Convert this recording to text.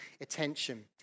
attention